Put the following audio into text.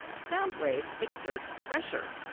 sound waves exert pressure.